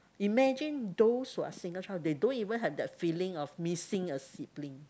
imagine those who are single child they don't even have that feeling of missing a sibling